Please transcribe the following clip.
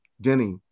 Denny